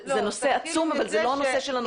זה נושא עצום, אבל זה לא הנושא שלנו היום.